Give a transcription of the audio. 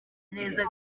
neza